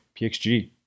PXG